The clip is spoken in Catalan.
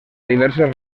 diverses